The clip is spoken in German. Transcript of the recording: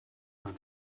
mein